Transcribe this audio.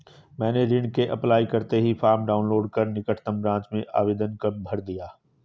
मैंने ऋण के अप्लाई करते ही फार्म डाऊनलोड कर निकटम ब्रांच में आवेदन भर दिया